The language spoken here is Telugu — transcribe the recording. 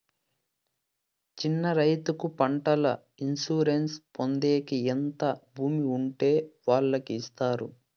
చిన్న రైతుకు పంటల ఇన్సూరెన్సు పొందేకి ఎంత భూమి ఉండే వాళ్ళకి ఇస్తారు?